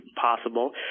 possible